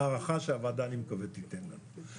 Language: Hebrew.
משהסתבר לנו ששום דבר לא יעזור לנו אלא עצמנו,